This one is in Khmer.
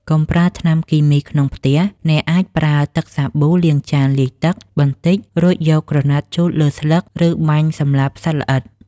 កុំប្រើថ្នាំគីមីក្នុងផ្ទះ អ្នកអាចប្រើ ទឹកសាប៊ូលាងចានលាយទឹក បន្តិច រួចយកក្រណាត់ជូតលើស្លឹក ឬបាញ់សម្លាប់សត្វល្អិត។